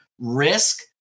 risk